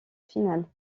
finale